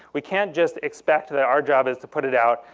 we can't just expect that our job is to put it out,